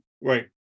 Right